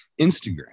instagram